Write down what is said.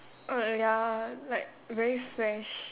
ah ya like very fresh